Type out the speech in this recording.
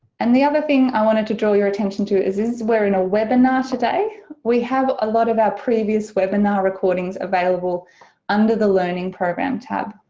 and the other thing i wanted to draw your attention to it is we're in a webinar today we have a lot of our previous webinar recordings available under the learning program tab.